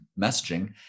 messaging